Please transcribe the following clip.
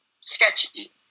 sketchy